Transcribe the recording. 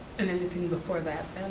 and anything before that,